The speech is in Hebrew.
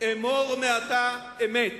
אמור מעתה אמת.